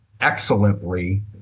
excellently